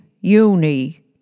Uni